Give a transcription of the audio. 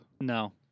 no